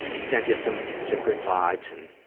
send you some some good vibes and